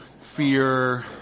fear